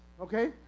okay